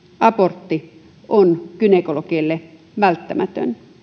abortti on gynekologeille välttämätön työtehtävä